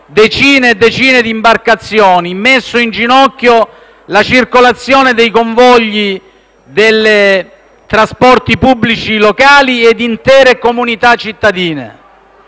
decine e decine di imbarcazioni, messo in ginocchio la circolazione dei convogli dei trasporti pubblici locali e intere comunità cittadine.